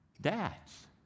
dads